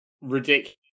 ridiculous